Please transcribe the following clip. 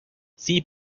sie